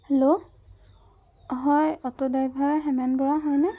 hello হয় auto driver Hemen Bora হয়নে